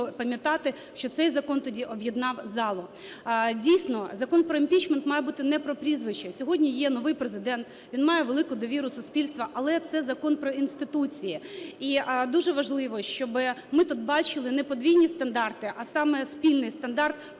пам'ятати, що цей закон тоді об'єднав залу. Дійсно, Закон про імпічмент має бути не про прізвища. Сьогодні є новий Президент, він має велику довіру суспільства, але це закон про інституції. І дуже важливо, щоби ми тут бачили не подвійні стандарти, а саме спільний стандарт